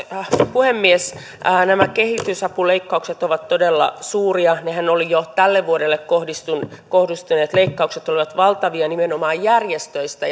puhemies nämä kehitysapuleikkaukset ovat todella suuria jo tälle vuodelle kohdistuneet kohdistuneet leikkauksethan olivat valtavia nimenomaan järjestöistä